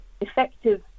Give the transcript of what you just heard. effective